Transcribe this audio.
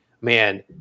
man